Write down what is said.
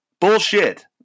Bullshit